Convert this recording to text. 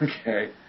okay